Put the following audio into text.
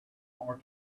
more